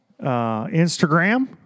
instagram